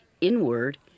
inward